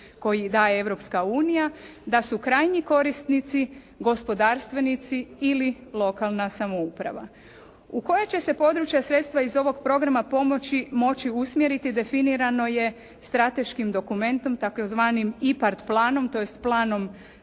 koji daje Europska unija, da su krajnji korisnici gospodarstvenici ili lokalna samouprava. U koje će se područje sredstva iz ovog programa pomoći moći usmjeriti definirano je strateškim dokumentom tzv. IPARD planom, tj. planom